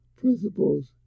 principles